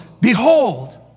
behold